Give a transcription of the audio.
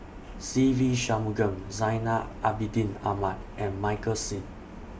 Se Ve Shanmugam Zainal Abidin Ahmad and Michael Seet